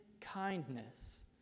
kindness